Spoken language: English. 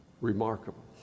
Remarkable